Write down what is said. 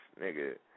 nigga